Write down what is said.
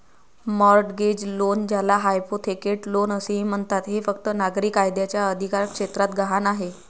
mortgage loan, ज्याला hypothecate loan असेही म्हणतात, हे फक्त नागरी कायद्याच्या अधिकारक्षेत्रात गहाण आहे